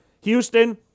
Houston